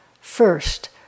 first